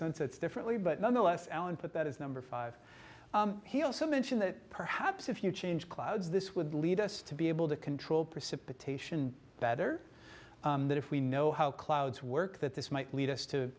sunsets differently but nonetheless allan put that is number five he also mentioned that perhaps if you change clouds this would lead us to be able to control precipitation better that if we know how clouds work that this might lead us to